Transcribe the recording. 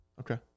Okay